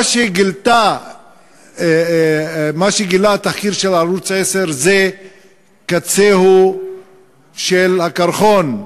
מה שגילה התחקיר של ערוץ 10 זה קצהו של הקרחון.